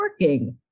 working